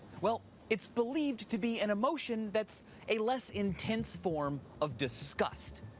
well, it's believed to be an emotion that's a less intense form of disgust.